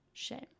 shame